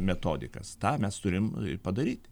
metodikas tą mes turim padaryti